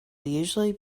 usually